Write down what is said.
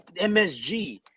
MSG